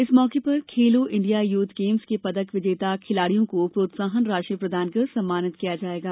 इस मौके पर खेलो इंडिया यूथ गेम्स के पदक विजेता खिलाड़ियों को प्रोत्साहन राशि प्रदान कर सम्मानित किया जायेगा